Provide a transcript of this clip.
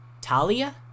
talia